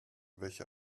welche